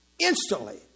instantly